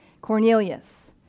Cornelius